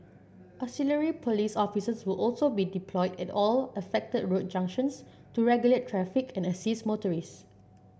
auxiliary police officers will also be deployed at all affected road junctions to regulate traffic and assist motorist